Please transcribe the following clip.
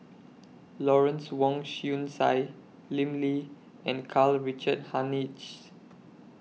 Lawrence Wong Shyun Tsai Lim Lee and Karl Richard Hanitsch